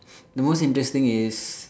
the most interesting is